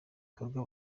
gikorwa